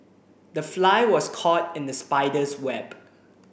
the fly was caught in the spider's web